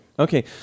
Okay